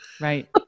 Right